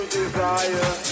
desire